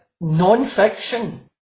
non-fiction